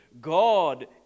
God